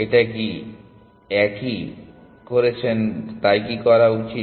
এটা কি এই এক করছেন উচিত